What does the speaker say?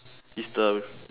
is the